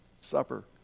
Supper